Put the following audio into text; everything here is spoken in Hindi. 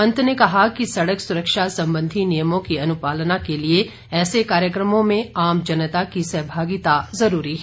पंत ने कहा कि सड़क सुरक्षा संबंधी नियमों की अनुपालना के लिए ऐसे कार्यक्रमों में आम जनता की सहभागिता जरूरी है